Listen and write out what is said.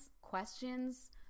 questions